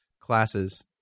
classes